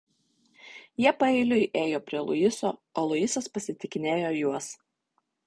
jie paeiliui ėjo prie luiso o luisas pasitikinėjo juos